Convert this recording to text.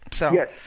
Yes